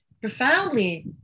profoundly